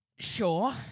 Sure